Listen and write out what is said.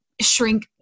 shrink